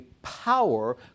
power